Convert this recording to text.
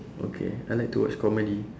okay I like to watch comedy